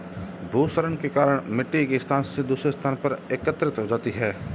भूक्षरण के कारण मिटटी एक स्थान से दूसरे स्थान पर एकत्रित हो जाती है